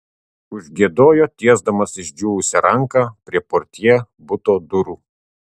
užgiedojo tiesdamas išdžiūvusią ranką prie portjė buto durų